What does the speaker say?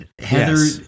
Heather